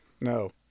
No